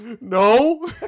No